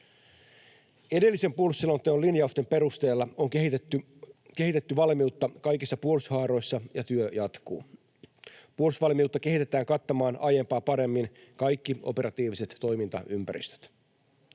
Edellisen puolustusselonteon linjausten perusteella on kehitetty valmiutta kaikissa puolustushaaroissa, ja työ jatkuu. Puolustusvalmiutta kehitetään kattamaan aiempaa paremmin kaikki operatiiviset toimintaympäristöt.